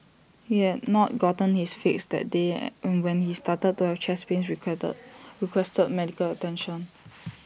he had not gotten his fix that day and when he started to have chest pains requested medical attention